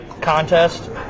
contest